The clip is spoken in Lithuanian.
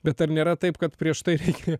bet ar nėra taip kad prieš tai reikia